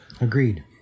Agreed